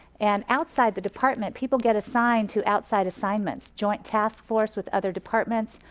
and outside the department, people get assigned to outside assignments. joint task force with other departments,